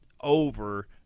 over